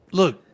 look